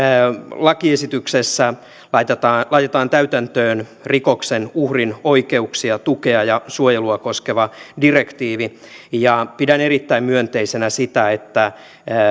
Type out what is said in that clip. lakiesityksessä laitetaan laitetaan täytäntöön rikoksen uhrin oikeuksia tukea ja suojelua koskeva direktiivi ja pidän erittäin myönteisenä sitä että